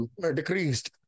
decreased